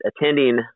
attending